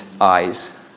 eyes